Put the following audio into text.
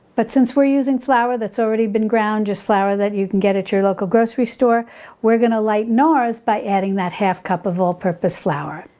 but since we're using flour that's already been ground just flour that you can get at your local grocery store we're going to lighten ours by adding that half cup of all purpose flour.